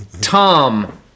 Tom